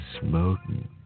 Smoking